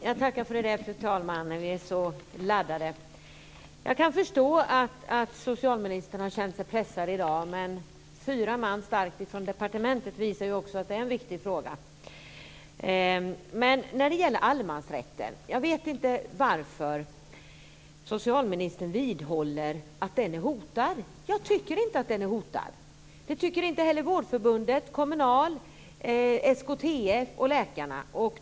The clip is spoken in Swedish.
Fru talman! Jag kan förstå att socialministern har känt sig pressad i dag. Han har med sig fyra man från departementet, och det visar att detta är en viktig fråga. Jag vet inte varför socialministern vidhåller att allemansrätten är hotad. Jag tycker inte det. Det tycker inte heller vårdförbundet, Kommunal, SKTF och läkarna.